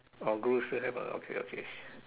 our guro still have ah okay okay